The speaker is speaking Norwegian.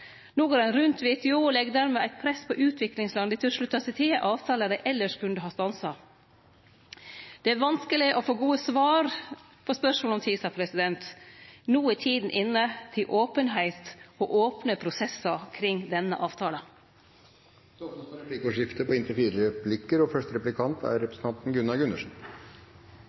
No går ein rundt WTO og legg dermed eit press på utviklingslanda til å slutte seg til ein avtale dei elles kunne ha stansa. Det er vanskeleg å få gode svar på spørsmål om TISA. No er tida inne for openheit og opne prosessar kring denne avtalen. Det blir replikkordskifte. Investeringsavtaler og handelsavtaler er